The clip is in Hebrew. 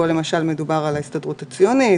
פה למשל מדובר על ההסתדרות הציונית,